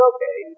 Okay